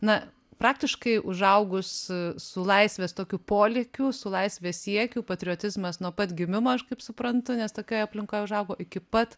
na praktiškai užaugus su laisvės tokiu polėkiu su laisvės siekiu patriotizmas nuo pat gimimo aš kaip suprantu nes tokioj aplinkoj užaugo iki pat